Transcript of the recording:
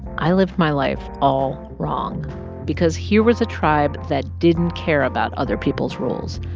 i lived my life all wrong because here was a tribe that didn't care about other people's rules.